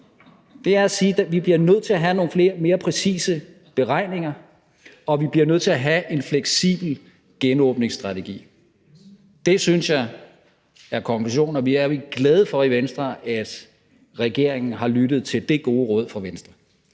at vi siger, at vi bliver nødt til at have nogle mere præcise beregninger, og at vi bliver nødt til at have en fleksibel genåbningsstrategi. Det synes jeg er konklusionen, og vi er i Venstre glade for, at regeringen har lyttet til det gode råd fra Venstre.